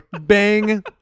bang